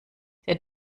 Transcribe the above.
der